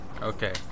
Okay